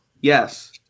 Yes